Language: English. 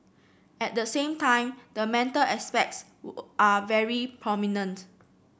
at the same time the mental aspects are very prominent